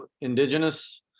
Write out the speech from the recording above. indigenous